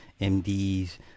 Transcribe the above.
MDs